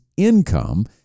income